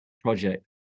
project